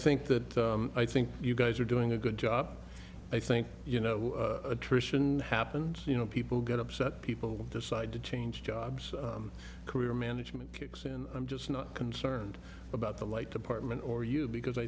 think that i think you guys are doing a good job i think you know attrition happens you know people get upset people decide to change jobs career management picks and i'm just not concerned about the light department or you because i